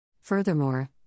Furthermore